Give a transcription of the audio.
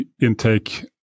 intake